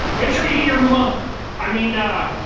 make sure you get your ma i mean, ah.